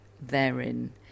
therein